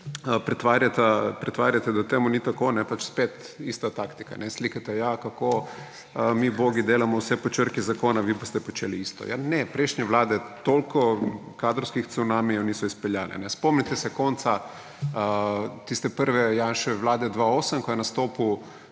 pretvarjate, da temu ni tako. Pač spet ista taktika, slikate, kako mi ubogi delamo vse po črki zakona, vi pa ste počeli isto. Ne, prejšnje vlade toliko kadrovskih cunamijev niso izpeljale. Spomnite se konca tiste prve Janševe vlade 2008, ko je nastopil